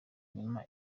inyuma